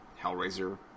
Hellraiser